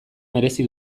merezi